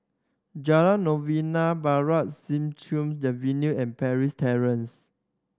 Jalan Novena Barat Siak Chew the Venue and Parry Terrace